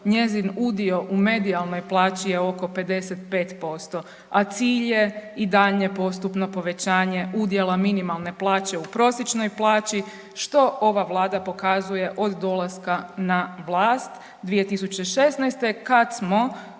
njezin udio u medijalnoj plaći je oko 55%, a cilj je i daljnje postupno povećanje udjela minimalne plaće u prosječnoj plaći što ova Vlada pokazuje od dolaska na vlast 2016. kad smo